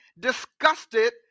disgusted